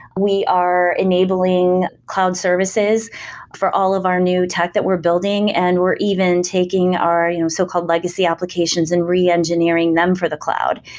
we are enabling cloud services for all of our new tech that we're building and we're even taking our you know so called legacy applications and reengineering them for the cloud.